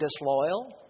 disloyal